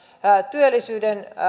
työllisyyden